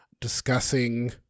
discussing